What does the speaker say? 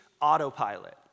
autopilot